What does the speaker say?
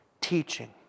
teaching